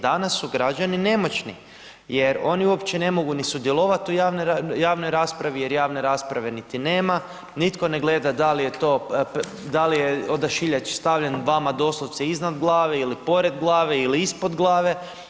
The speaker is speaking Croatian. Danas su građani nemoćni, jer oni uopće ne mogu ni sudjelovati u javnoj raspravi, jer javne rasprave niti nema, nitko ne gleda da li je odašiljač stavljen vama doslovce iznad glave ili pored glave ili ispod glave.